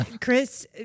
Chris